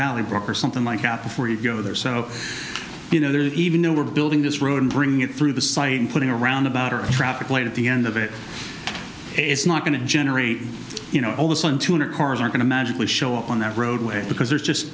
valet book or something like out before you go there so you know that even though we're building this road and bringing it through the site and putting a roundabout or traffic light at the end of it is not going to generate all this one two hundred cars are going to magically show up on that roadway because there's just